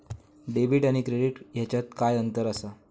Debit आणि credit ह्याच्यात काय अंतर असा?